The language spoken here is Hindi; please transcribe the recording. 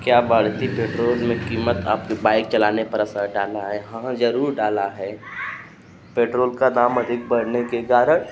क्या बढ़ती पेट्रोल में कीमत आपकी बाइक़ चलाने पर असर डाला है हाँ जरूर डाला है पेट्रोल का दाम अधिक बढ़ने के कारण